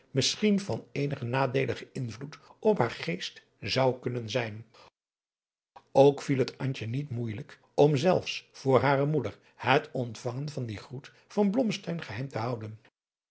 misschien van eenigen nadeeligen invloed op haar geest zou kunnen zijn ook viel het antje niet moeijelijk om zelfs voor hare moeder het ontvangen van dien groet van blommesteyn geheim te houden